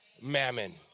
mammon